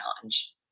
challenge